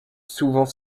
souvent